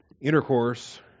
intercourse